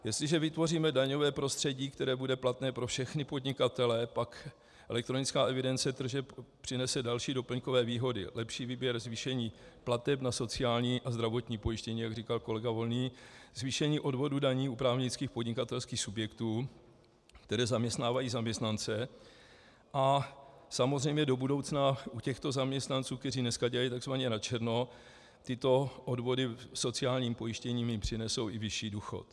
Jestliže vytvoříme daňové prostředí, které bude platné pro všechny podnikatele, pak elektronická evidence tržeb přinese další doplňkové výhody, lepší výběr zvýšení plateb na sociální a zdravotní pojištění, jak říkal kolega Volný, zvýšení odvodů daní u právnických podnikatelských subjektů, které zaměstnávají zaměstnance, a samozřejmě do budoucna u těchto zaměstnanců, kteří dneska dělají takzvaně načerno, tyto odvody na sociální pojištění jim přinesou i vyšší důchod.